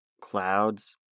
clouds